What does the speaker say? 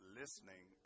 listening